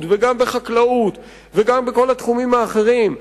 וגם בחקלאות וגם בכל התחומים האחרים,